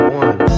one